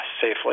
safely